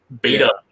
Beta